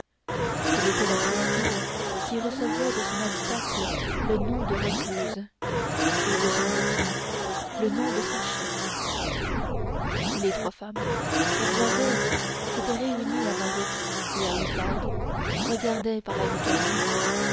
telle était la créature qui recevait de son habitacle le nom de recluse et de son vêtement le nom de sachette les trois femmes car gervaise s'était réunie à mahiette et à oudarde regardaient par la lucarne